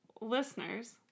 listeners